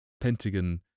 Pentagon